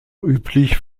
üblich